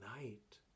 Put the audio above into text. night